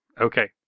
Okay